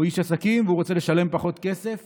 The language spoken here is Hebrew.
הוא איש עסקים, והוא רוצה לשלם פחות כסף